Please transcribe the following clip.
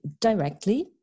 directly